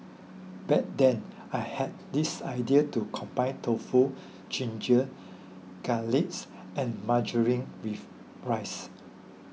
back then I had this idea to combine tofu ginger garlics and margarine with rice